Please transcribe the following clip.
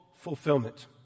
fulfillment